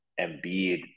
Embiid